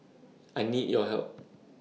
I need your help